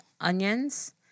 Onions